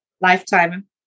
lifetime